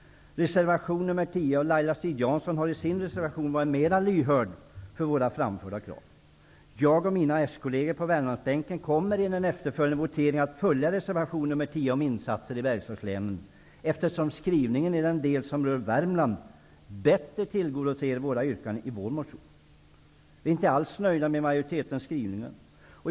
Laila Strid-Jansson har i sin reservation varit mera lyhörd för de krav vi framfört. Jag och s-kollegerna på Värmlandsbänken kommer i den efterföljande voteringen att stödja reservation nr 10 om insatser i Bergslagslänen, eftersom skrivningen där i den del som rör Värmland bättre tillgodoser yrkandena i vår motion. Vi är inte alls nöjda med majoritetens skrivningar.